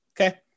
okay